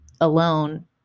alone